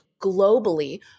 globally